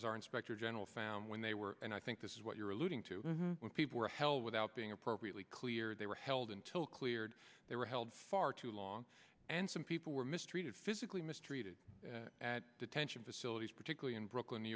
was our inspector general found when they were and i think this is what you're alluding to when people were held without being appropriately cleared they were held until cleared they were held far too long and some people were mistreated physically mistreated at detention facilities particularly in brooklyn new